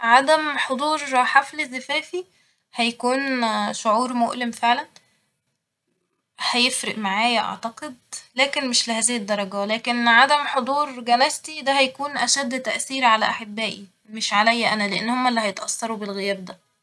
عدم حضور حفل زفافي هيكون شعور مؤلم فعلا ، هيفرق معايا أعتقد لكن مش لهذه الدرجة ، لكن عدم حضور جنازتي ده هيكون أشد تأثير على أحبائي مش عليا أنا لإن هما اللي هيتأثرو بالغياب ده